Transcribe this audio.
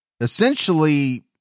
Essentially